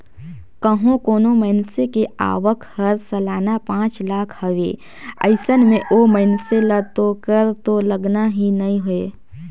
कंहो कोनो मइनसे के आवक हर सलाना पांच लाख हवे अइसन में ओ मइनसे ल तो कर तो लगना ही नइ हे